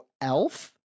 Elf